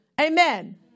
amen